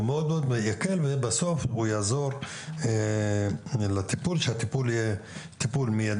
הוא יקל מאוד ובסוף יעזור לטיפול המידי.